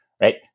right